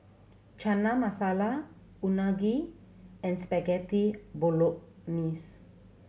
Chana Masala Unagi and Spaghetti Bolognese